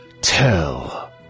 tell